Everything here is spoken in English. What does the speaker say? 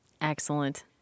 Excellent